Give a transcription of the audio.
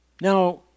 Now